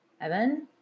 Evan